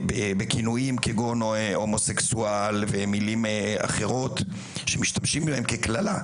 בכינויים כגון הומוסקסואל ומילים אחרות שמשתמשים בהם כקללה,